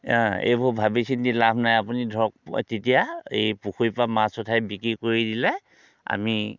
এইবোৰ ভাবি চিন্তি লাভ নাই আপুনি ধৰক তেতিয়া এই পুখুৰীৰ পৰা মাছ উঠাই বিক্ৰী কৰি দিলে আমি